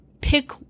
pick